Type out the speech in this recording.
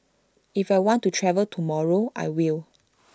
if I want to travel tomorrow I will